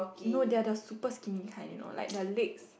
no they're the super skinny kind you know like their legs